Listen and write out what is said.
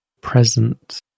present